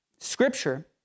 Scripture